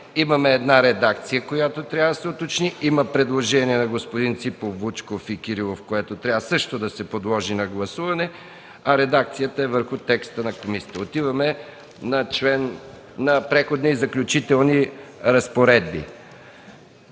имаме една редакция, която трябва да се уточни; има предложение на Ципов, Вучков и Кирилов, което трябва също да се подложи на гласуване, а редакцията е върху текста на комисията. Отиваме на Преходни и заключителни разпоредби.